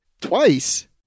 Twice